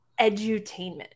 edutainment